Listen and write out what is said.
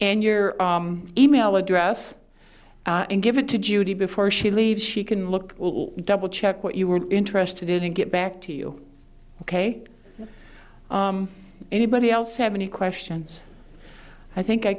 and your email address and give it to judy before she leaves she can look double check what you were interested in and get back to you ok anybody else have any questions i think i